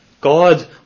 God